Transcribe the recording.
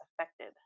affected